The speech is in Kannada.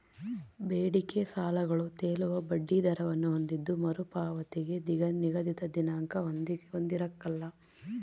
ಬೇಡಿಕೆ ಸಾಲಗಳು ತೇಲುವ ಬಡ್ಡಿ ದರವನ್ನು ಹೊಂದಿದ್ದು ಮರುಪಾವತಿಗೆ ನಿಗದಿತ ದಿನಾಂಕ ಹೊಂದಿರಕಲ್ಲ